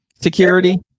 Security